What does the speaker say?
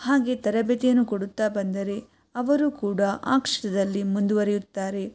ಹಾಗೇ ತರಬೇತಿಯನ್ನು ಕೊಡುತ್ತಾ ಬಂದರೆ ಅವರೂ ಕೂಡ ಆ ಕ್ಷೇತ್ರದಲ್ಲಿ ಮುಂದುವರಿಯುತ್ತಾರೆ